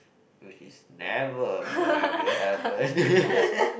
which is never going to happen